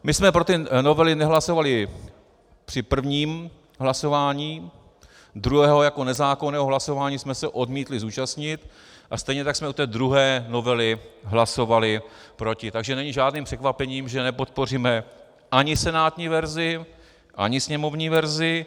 My jsme pro ty novely nehlasovali při prvním hlasováním, druhého jako nezákonného hlasování jsme se odmítli zúčastnit a stejně tak jsme u té druhé novely hlasovali proti, takže není žádným překvapením, že nepodpoříme ani senátní verzi, ani sněmovní verzi.